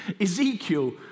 Ezekiel